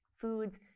foods